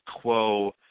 quo